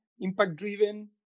impact-driven